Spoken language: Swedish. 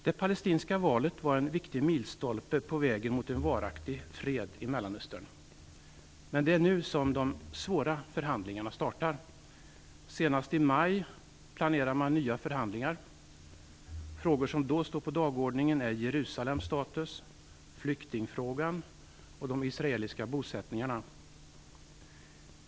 Det palestinska valet var en viktig milstolpe på vägen mot en varaktig fred i Mellanöstern. Men det är nu som de verkligt svåra förhandlingarna startar. Senast i maj planeras nya förhandlingar. Frågor som då står på dagordningen är Jerusalems status, flyktingfrågan och de israeliska bosättningarna.